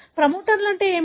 ప్రమోటర్లు అంటే ఏమిటి